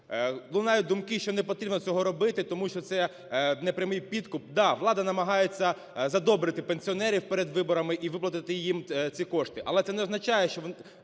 Лунають думки, що не потрібно цього робити, тому що це не прямий підкуп. Да, влада намагається задобрити пенсіонерів перед вибори і виплатити їм ці кошти, але це не означає, що потрібно